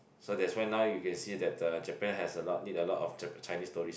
so that's why now you can see that uh Japan has a lot need a lot of Chinese tourists